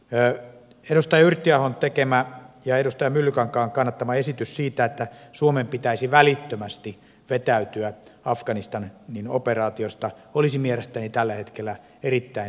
edustaja yrttiahon tekemän ja edustaja myllykosken kannattaman esityksen mukainen suomen välitön vetäytyminen afganistanin operaatiosta olisi mielestäni tällä hetkellä erittäin suuri virhe